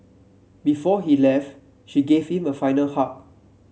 before he left she give him a final hug